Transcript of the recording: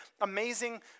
amazing